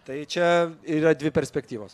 tai čia yra dvi perspektyvos